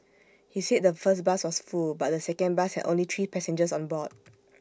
he said the first bus was full but the second bus had only three passengers on board